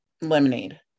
Lemonade